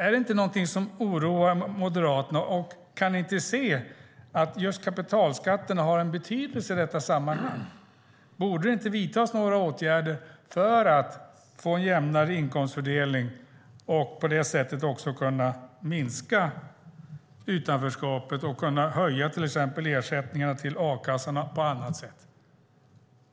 Är inte det någonting som oroar Moderaterna? Kan ni inte se att just kapitalskatterna har en betydelse i detta sammanhang? Borde det inte vidtas några åtgärder för att man ska få en jämnare inkomstfördelning och på det sättet också kunna minska utanförskapet och kunna höja till exempel ersättningarna till a-kassan och så vidare?